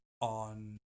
on